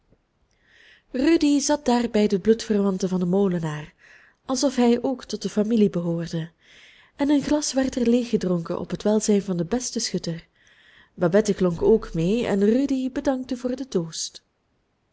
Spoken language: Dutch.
rudy zat daar bij de bloedverwanten van den molenaar alsof hij ook tot de familie behoorde en een glas werd er leeggedronken op het welzijn van den besten schutter babette klonk ook mee en rudy bedankte voor den toost